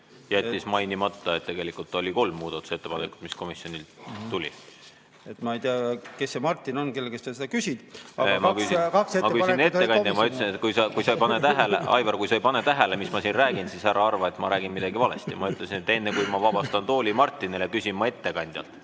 jättis mainimata, et tegelikult oli kolm muudatusettepanekut, mis komisjoni tuli? Ma ei tea, kes see Martin on, kellelt te seda küsite. Ma küsisin ettekandjalt. Kui sa ei pane tähele, Aivar, kui sa ei pane tähele, mis ma siin räägin, siis ära arva, et ma räägin midagi valesti. Ma ütlesin, et enne, kui ma vabastan tooli Martinile, küsin ma ettekandjalt.